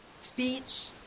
speech